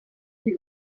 you